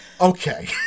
Okay